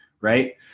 right